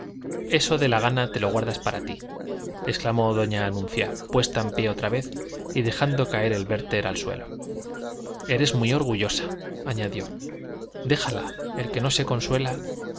eso de la gana te lo guardas para ti exclamó doña anuncia puesta en pie otra vez y dejando caer el werther al suelo eres muy orgullosa añadió déjala el que no se consuela